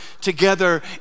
together